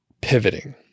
pivoting